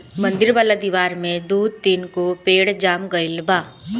मंदिर वाला दिवार में दू तीन गो पेड़ जाम गइल बा